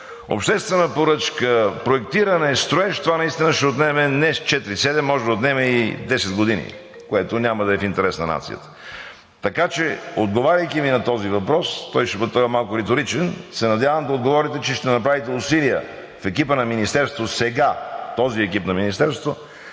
обществена поръчка, проектиране, строеж – това наистина ще отнеме не четири, седем, а може да отнеме и десет години, което няма да е в интерес на нацията. Така че, отговаряйки ми на този въпрос, той е малко риторичен, се надявам да отговорите, че ще направите усилия в екипа на Министерството сега – този екип на Министерството,